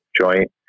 joint